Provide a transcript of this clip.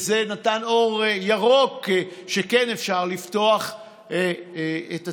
זה נתן אור ירוק שכן אפשר לפתוח את הצימרים.